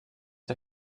der